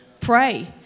Pray